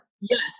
Yes